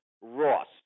Ross